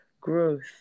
growth